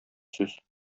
сүз